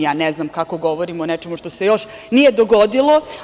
Ja ne znam kako govorimo o nečemu što se još nije dogodilo.